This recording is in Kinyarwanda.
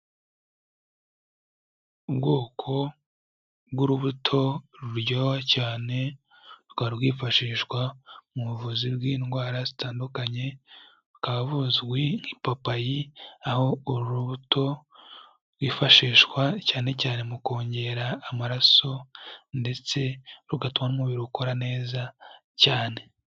Ubwoko bw'urubuto ruryoha cyane, rukaba rwifashishwa mu buvuzi bw'indwara zitandukanye, bukaba buzwi nk'ipapayi, aho uru rubuto rwifashishwa cyane cyane mu kongera amaraso ndetse rugatuma n'umubiri ukora neza cyane.